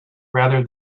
rather